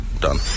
done